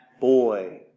boy